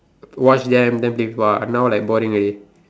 watch them then play FIFA but now like boring already